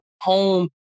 home